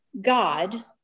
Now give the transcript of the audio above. God